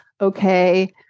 okay